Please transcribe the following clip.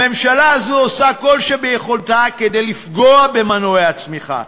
הממשלה הזאת עושה כל שביכולתה כדי לפגוע במנועי הצמיחה,